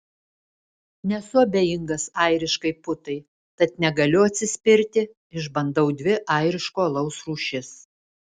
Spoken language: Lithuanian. nesu abejingas airiškai putai tad negaliu atsispirti išbandau dvi airiško alaus rūšis